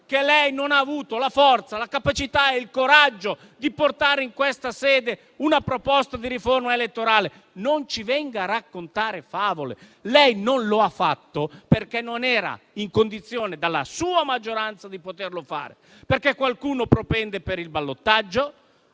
che lei non ha avuto la forza, la capacità e il coraggio di portare in questa sede una proposta di riforma elettorale; non ci venga a raccontare favole. Lei non lo ha fatto perché non era in condizione di poterlo fare dalla sua maggioranza, perché qualcuno propende per il ballottaggio